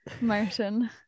Martin